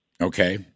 Okay